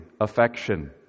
affection